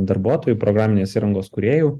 darbuotojų programinės įrangos kūrėjų